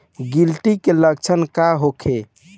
गिलटी के लक्षण का होखे?